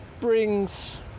brings